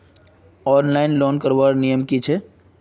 Online loan करवार नियम की छे?